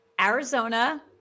Arizona